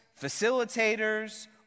facilitators